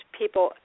people